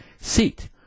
seat